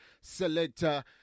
selector